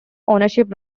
ownership